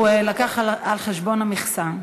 הוא לקח על חשבון המכסה.